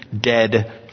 dead